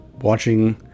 watching